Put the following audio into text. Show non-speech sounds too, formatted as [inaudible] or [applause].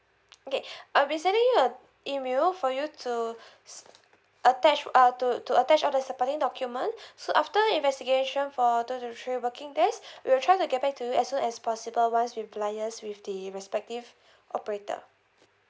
okay I'll be sending you a email for you to attach uh to to attach all the supporting document [breath] so after investigation for two to three working days we'll try to get back to you as soon as possible once we've liaised with the respective operator